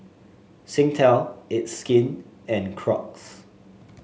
Singtel It's Skin and Crocs